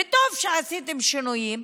וטוב שעשיתם שינויים,